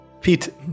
Pete